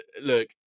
look